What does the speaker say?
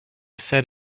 said